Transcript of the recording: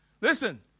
Listen